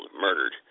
murdered